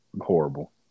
horrible